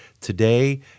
Today